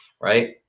Right